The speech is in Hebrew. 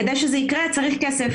כדי שזה יקרה צריך כסף,